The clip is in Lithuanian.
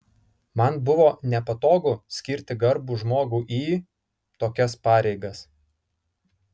man buvo nepatogu skirti garbų žmogų į tokias pareigas